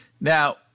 Now